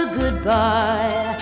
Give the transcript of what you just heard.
goodbye